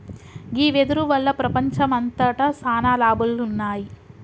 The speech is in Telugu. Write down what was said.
గీ వెదురు వల్ల ప్రపంచంమంతట సాన లాభాలున్నాయి